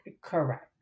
Correct